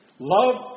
Love